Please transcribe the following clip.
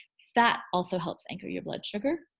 fat also helps anchor your blood sugar.